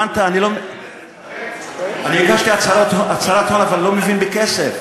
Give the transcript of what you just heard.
הבנת, אני הגשתי הצהרת הון אבל לא מבין בכסף.